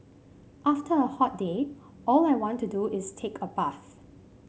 after a hot day all I want to do is take a bath